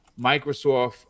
Microsoft